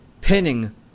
pinning